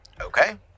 okay